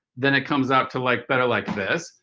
then it comes out to like better like this.